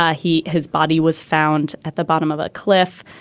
ah he. his body was found at the bottom of a cliff.